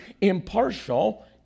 impartial